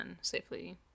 safely